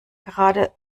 gerade